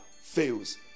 fails